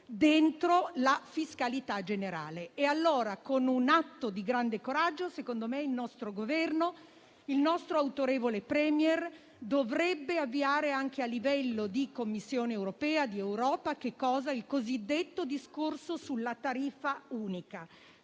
dentro la fiscalità generale. E allora, con un atto di grande coraggio, secondo me, il nostro Governo, guidato dal nostro autorevole *Premier*, dovrebbe avviare, anche a livello di Commissione europea, il confronto sulla tariffa unica.